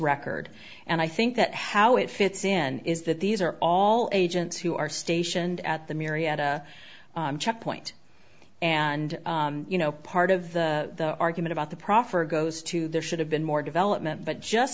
record and i think that how it fits in is that these are all agents who are stationed at the marietta checkpoint and you know part of the argument about the proffer goes to there should have been more development but just